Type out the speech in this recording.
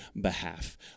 behalf